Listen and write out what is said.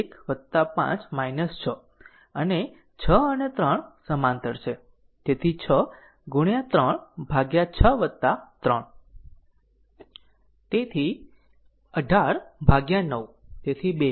તેથી 1 5 6 અને 6 અને 3 સમાંતર છે તેથી 6 ગુણ્યા 3 ભાગ્યા 63 તેથી 18 ભાગ્યા 9 તેથી 2 Ω